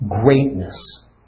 greatness